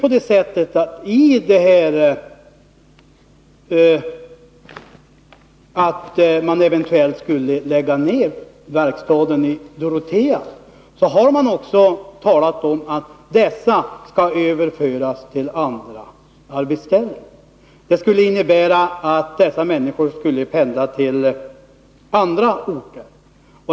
I diskussionerna om att man eventuellt skulle lägga ned verkstaden i Dorotea har det också talats om att de anställda skulle överföras till andra arbetsställen. Det skulle innebära att dessa människor skulle pendla till andra orter.